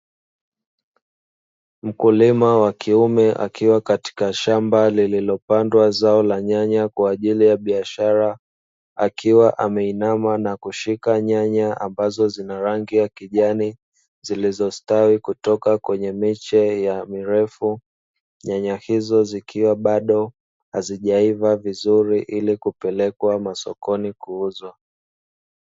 Mkulima wa kiume akiwa katika shamba lililopandwa zao la nyanya kwa ajili ya biashara, akiwa ameinama na kushika nyanya ambazo zina rangi ya kijani, zilizostawi kutoka kwenye miche ya mirefu. Nyanya hizo zikiwa bado hazijaiva vizuri ili kupelekwa masokoni kuuzwa.